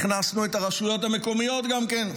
הכנסנו את הרשויות המקומיות גם כן.